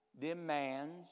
demands